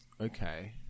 Okay